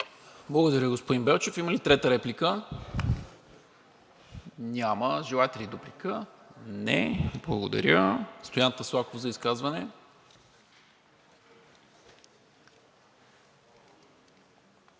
Благодаря, господин Белчев. Има ли трета реплика? Няма. Желаете ли дуплика? Не. Стоян Таслаков за изказване.